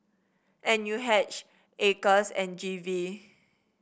N U H Acres and G V